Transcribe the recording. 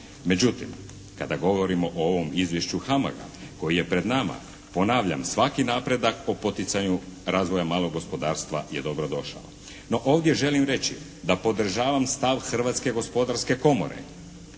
Međutim, kada govorimo o ovom izvješću HAMAG-a koji je pred nama, ponavljam svaki napredak po poticanju razvoja malog gospodarstva je dobrodošao. No ovdje želim reći da podržavam stav Hrvatske gospodarske komore